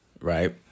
right